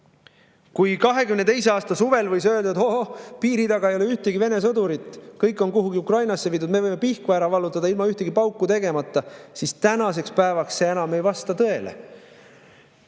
Kui 2022. aasta suvel võis öelda, et ohoh, piiri taga ei ole ühtegi Vene sõdurit, kõik on kuhugi Ukrainasse viidud, me võime Pihkva ära vallutada ilma ühtegi pauku tegemata, siis tänaseks päevaks ei vasta see